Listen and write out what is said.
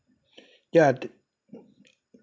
ya th~